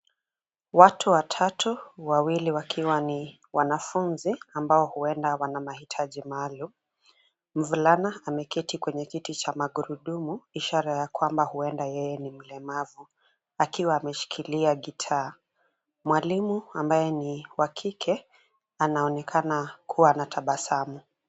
Watu watatu wawili wakiwa ni wanafunzi ambao huenda wana mahitaji maalum. Mvulana ameketi kwenye kiti cha magurudumu, ishara ya kwamba huenda ye ni mlemavu akiwa ameshikilia gitaa. Mwalimu, ambaye ni wa kike, anaonekana kuwa na tabasamu.